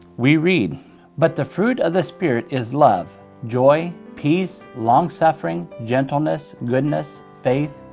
we read but the fruit of the spirit is love, joy, peace, long-suffering, gentleness, goodness, faith,